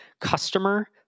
customer